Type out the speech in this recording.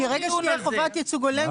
ברגע שתהיה חובת ייצוג הולם,